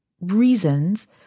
reasons